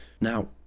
Now